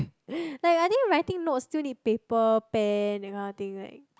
like I think writing notes still need paper pen that kind of thing right